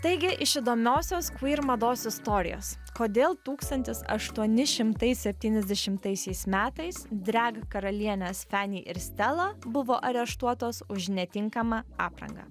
taigi iš įdomiosios kvyr mados istorijos kodėl tūkstantis aštuoni šimtai septyniasdešimtaisiais metais dreg karalienės fani ir stela buvo areštuotos už netinkamą aprangą